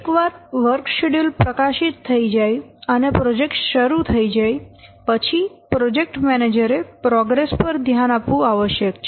એક વાર work schedule પ્રકાશિત થઈ જાય અને પ્રોજેક્ટ શરૂ થઈ જાય પછી પ્રોજેક્ટ મેનેજરે પ્રોગ્રેસ પર ધ્યાન આપવું આવશ્યક છે